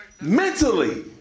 Mentally